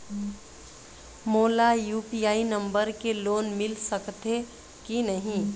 मोला UPI number ले loan मिल सकथे कि नहीं?